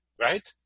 Right